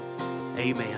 Amen